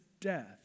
death